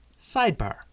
Sidebar